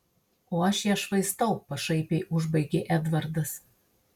o aš ją švaistau pašaipiai užbaigė edvardas